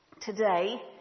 Today